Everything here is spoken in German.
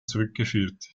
zurückgeführt